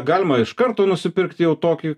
galima iš karto nusipirkt jau tokį